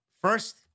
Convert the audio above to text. First